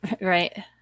Right